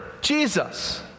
Jesus